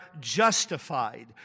justified